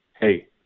hey